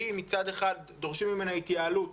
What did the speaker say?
מצד אחד דורשים ממנה התייעלות